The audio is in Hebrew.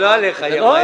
לא עלייך היא אמרה.